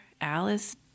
Alice